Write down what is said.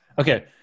Okay